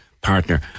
partner